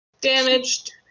damaged